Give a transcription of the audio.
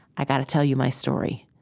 i gotta tell you my story.